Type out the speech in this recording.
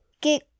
get